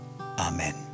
Amen